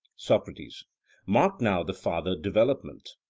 socrates mark now the farther development.